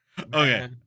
Okay